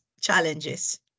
challenges